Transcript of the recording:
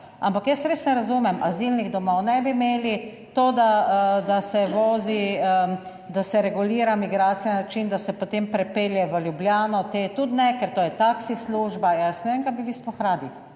ampak jaz res ne razumem, azilnih domov ne bi imeli, to da se vozi, da se regulira migracija na način, da se potem pripelje v Ljubljano, te tudi ne, ker to je taksi služba, jaz ne vem kaj bi vi sploh radi.